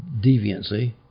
deviancy